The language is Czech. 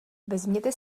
vezměte